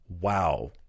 Wow